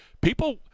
People